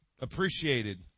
appreciated